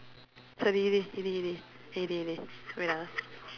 sorry yiddy yiddy yiddy yiddy yiddy wait ah